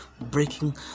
breaking